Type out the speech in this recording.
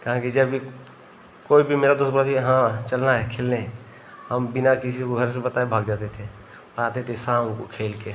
काहे कि जब भी कोई भी मेरा दोस्त बोले कि हाँ चलना है खेलने हम बिना किसी को घर पे बताए भाग जाते थे और आते थे शाम को खेल के